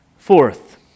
Fourth